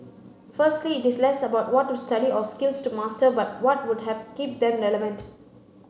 firstly it is less about what to study or skills to master but what would have keep them relevant